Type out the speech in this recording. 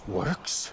works